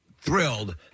thrilled